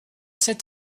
cet